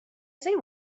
see